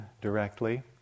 directly